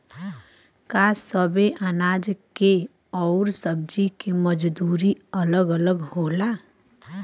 का सबे अनाज के अउर सब्ज़ी के मजदूरी अलग अलग होला?